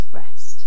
rest